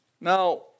Now